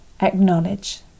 acknowledge